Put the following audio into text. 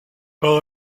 par